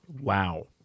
Wow